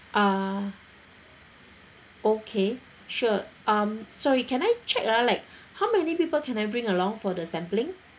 uh okay sure um sorry can I check ah like how many people can I bring along for the sampling